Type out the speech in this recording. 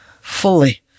fully